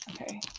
Okay